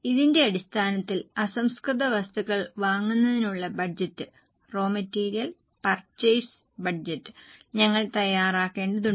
ഇതിന്റെ അടിസ്ഥാനത്തിൽ അസംസ്കൃത വസ്തുക്കൾ വാങ്ങുന്നതിനുള്ള ബജറ്റ് ഞങ്ങൾ തയ്യാറാക്കേണ്ടതുണ്ട്